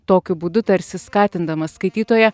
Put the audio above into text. tokiu būdu tarsi skatindama skaitytoją